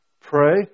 Pray